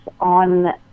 on